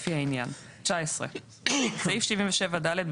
לפי העניין"; (19)בסעיף 77ד,